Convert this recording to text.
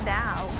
now